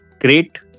Great